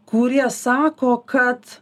kurie sako kad